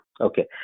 okay